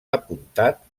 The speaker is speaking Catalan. apuntat